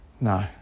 No